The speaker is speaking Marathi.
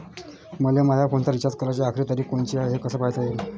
मले माया फोनचा रिचार्ज कराची आखरी तारीख कोनची हाय, हे कस पायता येईन?